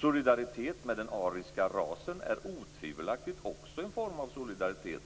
Solidaritet med den ariska rasen är otvivelaktigt också en form av solidaritet,